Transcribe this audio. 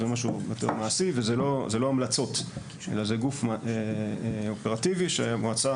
זה משהו יותר מעשי וזה לא המלצות אלא זה גוף אופרטיבי שמועצה